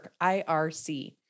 IRC